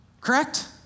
Correct